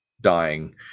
dying